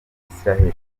israheli